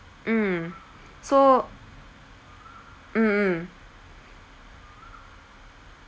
mm so mm mm